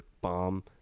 bomb